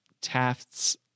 Taft's